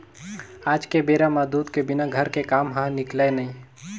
आज के बेरा म दूद के बिना घर के काम ह निकलय नइ